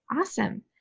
awesome